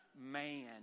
man